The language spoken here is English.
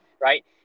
right